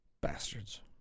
Bastards